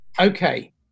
Okay